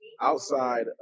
outside